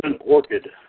orchid